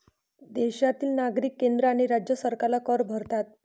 देशातील नागरिक केंद्र आणि राज्य सरकारला कर भरतात